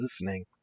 listening